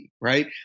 right